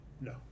No